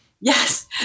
Yes